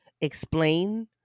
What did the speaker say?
explain